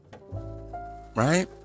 Right